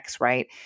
right